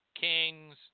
kings